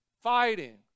fighting